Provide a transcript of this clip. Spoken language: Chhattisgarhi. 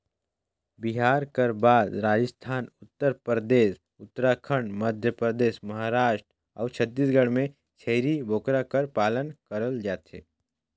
बिहार कर बाद राजिस्थान, उत्तर परदेस, उत्तराखंड, मध्यपरदेस, महारास्ट अउ छत्तीसगढ़ में छेरी बोकरा कर पालन करल जाथे